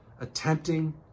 attempting